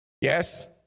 Yes